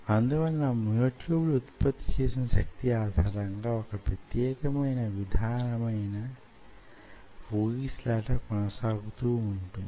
అందువలన myotube లు వుత్పత్తి చేసిన శక్తి ఆధారంగా వొక ప్రత్యేక విధమైన వూగిసలాట కొనసాగుతూ వుంటుంది